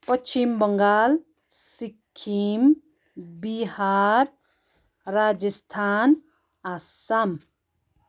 Paschim Bengal Sikkim Bihar Rajasthan Assam